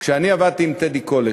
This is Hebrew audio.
כשאני עבדתי עם טדי קולק,